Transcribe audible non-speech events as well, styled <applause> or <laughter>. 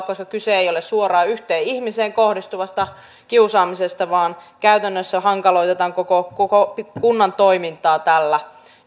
<unintelligible> koska kyse ei ole suoraan yhteen ihmiseen kohdistuvasta kiusaamisesta vaan siitä että käytännössä hankaloitetaan koko koko kunnan toimintaa tällä